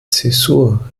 zäsur